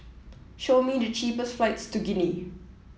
show me the cheapest flights to Guinea